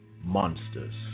Monsters